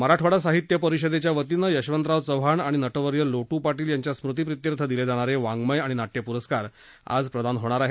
मराठवाडा साहित्य परिषदेच्या वतीनं यशवंतराव चव्हाण आणि नटवर्य लोटू पाटील यांच्या स्मृतीप्रीत्यर्थ दिले जाणारे वाङ्मय आणि नाट्य पुरस्कार आज प्रदान केले जाणार आहेत